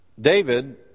David